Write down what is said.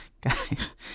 guys